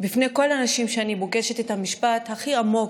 לפני כל האנשים שאני פוגשת את המשפט הכי עמוק,